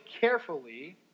carefully